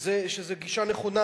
שזאת גישה נכונה,